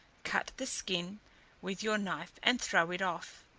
cut the skin with your knife, and throw it off.